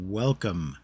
welcome